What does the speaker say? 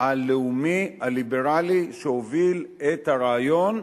הלאומי הליברלי שהוביל את הרעיון,